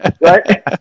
right